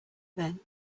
then